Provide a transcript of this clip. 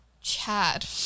Chad